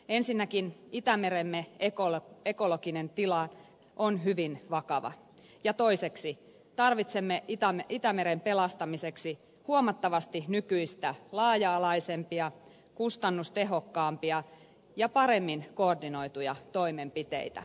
ensinnäkin itämeremme ekologinen tila on hyvin vakava ja toiseksi tarvitsemme itämeren pelastamiseksi huomattavasti nykyistä laaja alaisempia kustannustehokkaampia ja paremmin koordinoituja toimenpiteitä